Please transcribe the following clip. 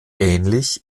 ähnlich